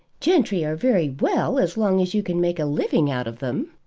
gentry are very well as long as you can make a living out of them.